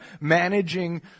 Managing